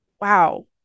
wow